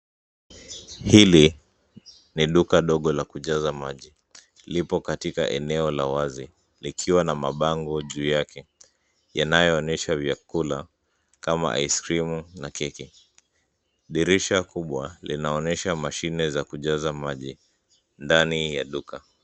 Hili, ni duka dogo la kujaza maji, lipo katika eneo la wazi, likiwa na mabango juu yake, yanayoonyesha vyakula, kama aiskrimu na keki, dirisha kubwa linaonyesha mashine za kujaza maji, ndani ya duka.